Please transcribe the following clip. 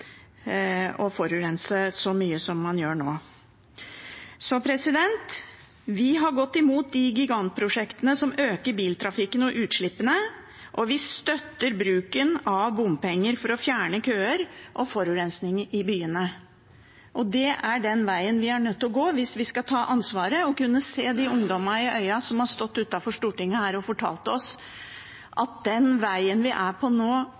å forurense så mye som man gjør nå. Vi har gått imot de gigantprosjektene som øker biltrafikken og utslippene, og vi støtter bruken av bompenger for å fjerne køer og forurensning i byene. Det er den vegen vi er nødt til å gå hvis vi skal ta ansvaret og kunne se de ungdommene i øynene som har stått her utenfor Stortinget og fortalt oss at den vegen vi er på nå,